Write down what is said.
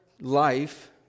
life